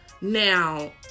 Now